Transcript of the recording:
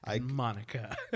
Monica